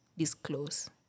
disclose